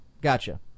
gotcha